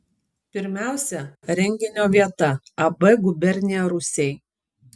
pirmiausia renginio vieta ab gubernija rūsiai